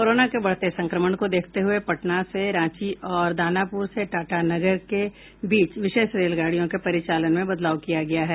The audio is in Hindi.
कोरोना के बढ़ते संक्रमण को देखते हुए पटना से रांची और दानापुर से टाटा नगर के बीच विशेष रेलगाड़ियों के परिचालन में बदलाव किया गया है